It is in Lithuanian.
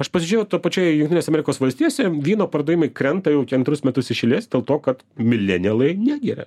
aš pasižiūrėjau toj pačioj jungtinėse amerikos valstijose vyno pardavimai krenta jau antrus metus iš eilės dėl to kad milenialai negeria